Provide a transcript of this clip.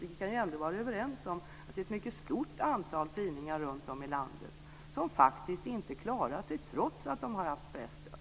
Vi kan väl ändå vara överens om att det är ett mycket stort antal tidningar runtom i landet som faktiskt inte klarat sig, trots att de har haft presstöd.